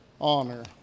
honor